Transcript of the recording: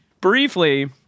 briefly